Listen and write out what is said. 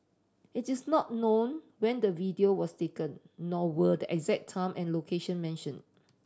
it is not known when the video was taken nor were the exact time and location mention